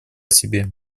себе